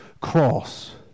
cross